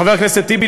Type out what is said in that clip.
חבר הכנסת טיבי,